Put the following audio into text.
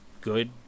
good